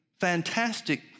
fantastic